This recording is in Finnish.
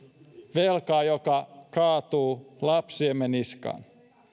velkaa joka kaatuu lapsiemme niskaan